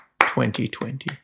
2020